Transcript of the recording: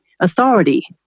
authority